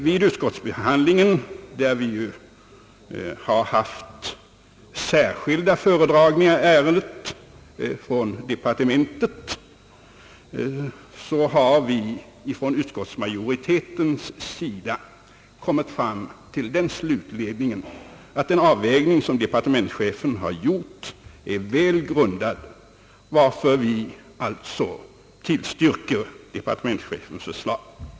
Vid utskottsbehandlingen, där vi ju har haft särskilda föredragningar i ärendet från departementet, har vi inom utskottsmajoriteten kommit till slutsatsen, att den avvägning som departementschefen har gjort är väl grundad, varför vi tillstyrkt departementschefens förslag.